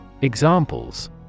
Examples